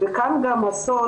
וכאן גם הסוד,